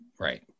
Right